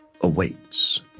awaits